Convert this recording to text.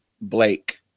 Blake